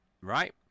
right